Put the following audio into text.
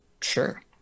sure